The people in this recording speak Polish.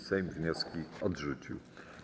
Sejm wnioski odrzucił.